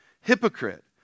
Hypocrite